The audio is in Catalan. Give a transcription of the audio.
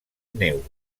neu